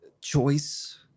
choice